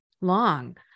long